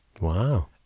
Wow